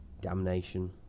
damnation